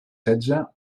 setze